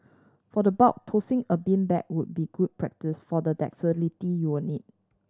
for the bulk tossing a beanbag would be good practice for the dexterity you'll need